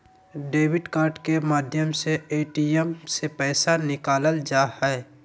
debit card के माध्यम से ए.टी.एम से पैसा निकालल जा हय